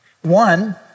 One